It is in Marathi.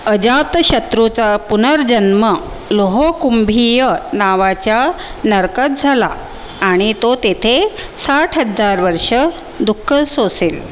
अजातशत्रूचा पुनर्जन्म लोहकुंभीय नावाच्या नरकात झाला आणि तो तेथे साठ हजार वर्ष दुःख सोसेल